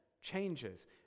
changes